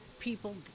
people